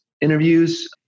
interviews